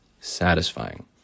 satisfying